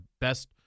best